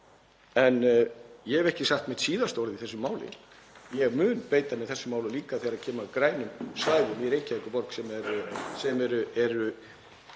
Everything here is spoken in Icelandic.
En ég hef ekki sagt mitt síðasta orð í þessu máli. Ég mun beita mér í þessu máli, líka þegar kemur að grænum svæðum í Reykjavíkurborg,